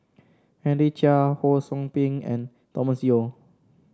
Henry Chia Ho Sou Ping and Thomas Yeo